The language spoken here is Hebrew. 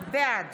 בעד